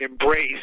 embrace